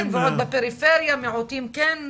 כן, ועוד בפריפריה, מיעוטים כן.